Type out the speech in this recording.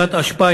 זריקת אשפה,